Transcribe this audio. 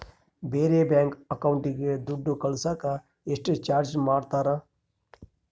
ಬೇರೆ ಬ್ಯಾಂಕ್ ಅಕೌಂಟಿಗೆ ದುಡ್ಡು ಕಳಸಾಕ ಎಷ್ಟು ಚಾರ್ಜ್ ಮಾಡತಾರ?